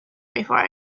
before